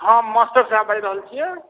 हँ मास्टर साहब बाजि रहल छियै